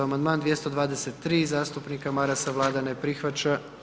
Amandman 223. zastupnika Marasa, Vlada ne prihvaća.